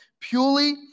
purely